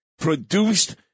produced